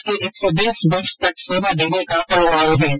इसके एक सौ बीस वर्ष तक र्सवा देने का अनुमान है